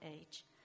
age